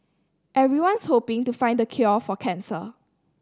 everyone's hoping to find the cure for cancer